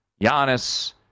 Giannis